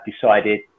decided